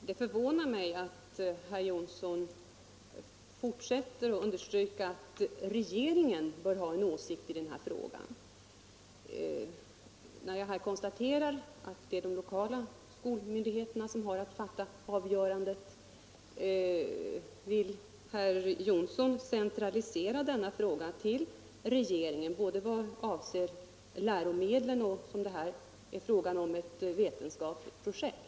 Herr talman! Det förvånar mig att herr Jonsson i Alingsås fortsätter att understryka att regeringen skall ha en åsikt i den här frågan, när jag här konstaterat att det är de lokala skolmyndigheterna som har att fatta avgörandet. Vill herr Jonsson centralisera frågan till regeringen i vad avser både läromedlen och — vilket det här handlar om — ett vetenskapligt projekt?